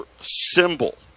symbol